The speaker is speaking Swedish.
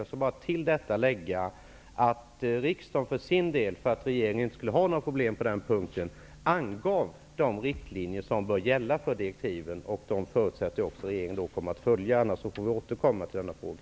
Till detta vill jag lägga att riksdagen för sin del, för att regeringen inte skulle ha några problem på denna punkt, angav de riktlinjer som bör gälla för direktiven. Dessa förutsätter vi att regeringen kommer att följa. Annars får vi återkomma i denna fråga.